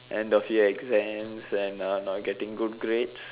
end of year exams and uh not getting good grades